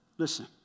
Listen